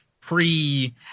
pre